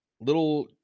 little